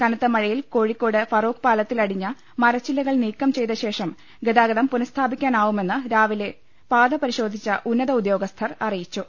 കനത്ത മഴയിൽ കോഴി ക്കോട് ഫറോക്ക് പാലത്തിൽ അടിഞ്ഞ മരച്ചില്ലകൾ നീക്കം ചെയ്തശേഷം ഗതാഗതം പുനസ്ഥാപിക്കാനാവുമെന്ന് രാവിലെ പാത പരിശോധിച്ച ഉന്നത ഉദ്യോഗസ്ഥർ അറിയിച്ചു